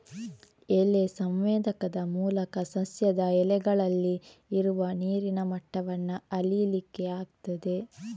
ಎಲೆ ಸಂವೇದಕದ ಮೂಲಕ ಸಸ್ಯದ ಎಲೆಗಳಲ್ಲಿ ಇರುವ ನೀರಿನ ಮಟ್ಟವನ್ನ ಅಳೀಲಿಕ್ಕೆ ಆಗ್ತದೆ